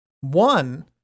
one